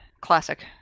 classic